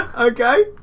Okay